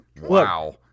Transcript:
Wow